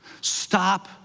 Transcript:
Stop